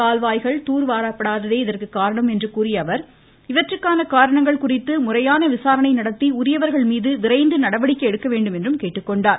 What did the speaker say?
கால்வாய்கள் தூர்வாரப்படாததே இதற்கு காரணம் என்று கூறிய அவர் இவற்றிற்கான காரணங்கள் குறித்து முறையான விசாரணை நடத்தி உரியவர்கள் மீது விரைந்து நடவடிக்கை எடுக்க வேண்டும் என்றும் கேட்டுக்கொண்டார்